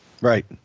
Right